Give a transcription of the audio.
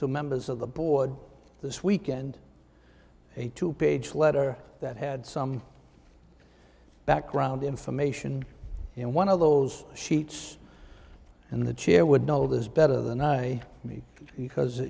to members of the board this weekend a two page letter that had some background information in one of those sheets and the chair would know this better than i me because